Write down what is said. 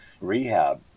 rehab